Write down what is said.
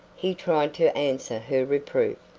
he tried to answer her reproof,